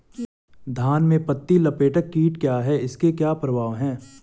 धान में पत्ती लपेटक कीट क्या है इसके क्या प्रभाव हैं?